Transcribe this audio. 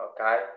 Okay